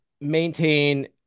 maintain